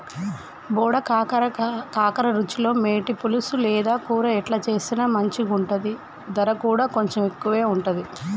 బోడ కాకర రుచిలో మేటి, పులుసు లేదా కూర ఎట్లా చేసిన మంచిగుంటది, దర కూడా కొంచెం ఎక్కువే ఉంటది